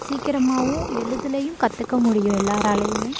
சீக்கிரமாகவும் எளிதுலேயும் கற்றுக்க முடியும் எல்லோராலயுமே